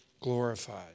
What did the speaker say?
glorified